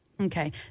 Okay